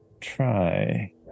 try